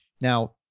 Now